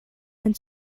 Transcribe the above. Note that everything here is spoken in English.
and